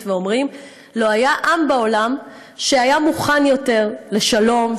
ואומרים: לא היה עם בעולם שהיה מוכן יותר לשלום,